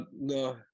no